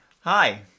Hi